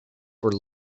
for